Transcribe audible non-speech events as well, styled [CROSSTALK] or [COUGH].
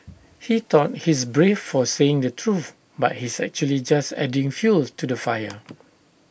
he thought he's brave for saying the truth but he's actually just adding fuel to the fire [NOISE]